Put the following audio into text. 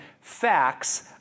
facts